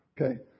Okay